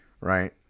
right